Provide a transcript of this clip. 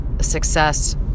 success